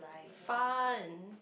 fun